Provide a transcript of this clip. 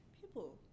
people